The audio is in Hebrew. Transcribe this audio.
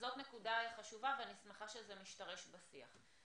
זאת נקודה חשובה ואני שמחה שזה משתרש בשיח.